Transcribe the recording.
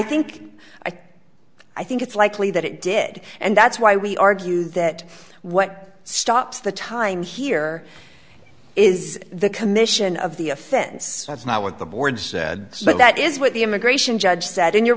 think i think it's likely that it did and that's why we argue that what stops the time here is the commission of the offense that's not what the board said but that is what the immigration judge said and you're